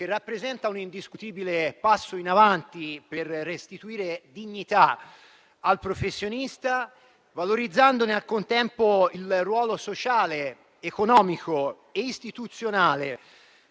rappresenta un indiscutibile passo in avanti per restituire dignità al professionista, valorizzandone al contempo il ruolo sociale, economico e istituzionale,